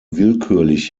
willkürlich